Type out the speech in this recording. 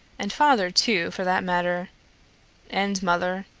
and father, too, for that matter and mother.